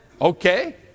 Okay